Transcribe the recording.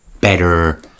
better